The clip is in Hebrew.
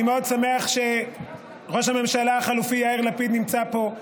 אני מאוד שמח שראש הממשלה החלופי יאיר לפיד נמצא פה.